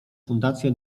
fundację